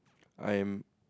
I am